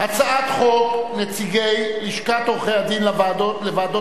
הצעת חוק נציגי לשכת עורכי-הדין לוועדות